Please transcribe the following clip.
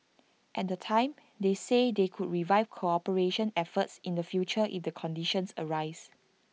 at the time they said they could revive cooperation efforts in the future if the conditions arise